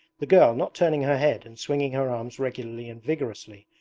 the girl, not turning her head and swinging her arms regularly and vigorously,